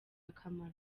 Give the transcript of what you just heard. akamaro